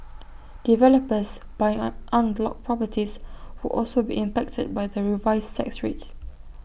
developers buying en bloc properties would also be impacted by the revised tax rates